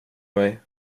mig